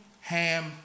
Ham